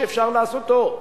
שאפשר לעשותו.